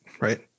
right